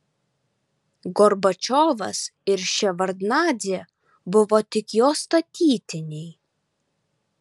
gorbačiovas ir ševardnadzė buvo tik jo statytiniai